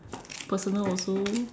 personal also